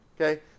Okay